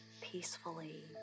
peacefully